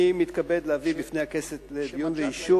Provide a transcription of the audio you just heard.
אני מתכבד להביא בפני הכנסת לדיון ולאישור